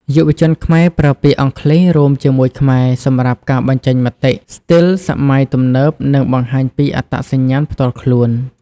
យុវជនខ្មែរប្រើពាក្យអង់គ្លេសរួមជាមួយខ្មែរសម្រាប់ការបញ្ចេញមតិ ស្ទីលសម័យទំនើប និងបង្ហាញពីអត្តសញ្ញាណផ្ទាល់ខ្លួន។